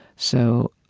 so,